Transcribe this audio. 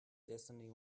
destiny